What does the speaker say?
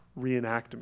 reenactment